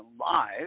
live